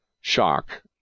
shock